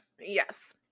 Yes